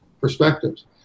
perspectives